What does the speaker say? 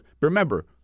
Remember